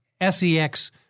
S-E-X